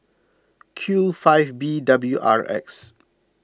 Q five B W R X